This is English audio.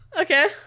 Okay